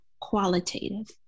qualitative